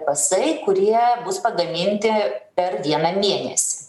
pasai kurie bus pagaminti per vieną mėnesį